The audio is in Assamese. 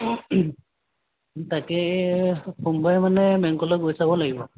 তাকে সোমবাৰে মানে বেংকলৈ গৈ চাব লাগিব